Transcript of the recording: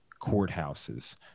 courthouses